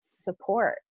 support